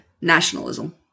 nationalism